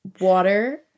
water